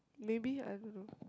maybe I don't know